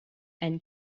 and